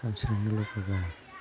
सानस्रिनो लुगैयोब्ला